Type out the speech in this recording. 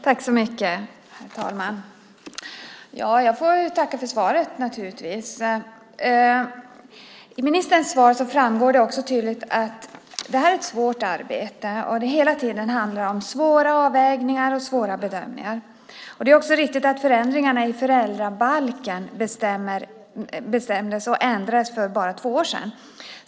Herr talman! Jag får tacka för svaret. Av ministerns svar framgick tydligt att det här är ett svårt arbete. Det handlar hela tiden om svåra avvägningar och bedömningar. Det är också riktigt att förändringarna i föräldrabalken bestämdes och ändrades för bara två år sedan.